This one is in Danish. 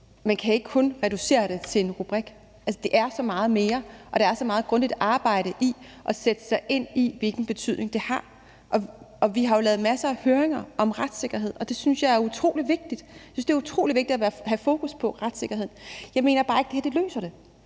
at man kun kan reducere det til en rubrik. Det er så meget mere, og der er så meget grundigt arbejde i at sætte sig ind i, hvilken betydning det har. Vi har jo lavet masser af høringer om retssikkerhed, og det synes jeg er utrolig vigtigt Jeg synes, det er utrolig vigtigt at have fokus på retssikkerheden. Jeg mener bare ikke, det her løser det,